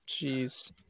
Jeez